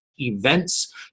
events